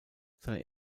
seine